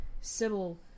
Sybil